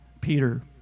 Peter